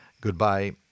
Goodbye